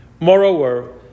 Moreover